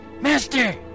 Master